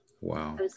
Wow